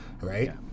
right